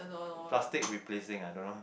plastic replacing I don't know